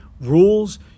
rules